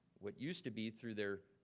what used to be through their,